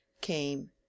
came